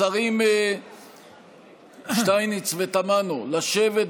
השרים שטייניץ ותמנו, לשבת,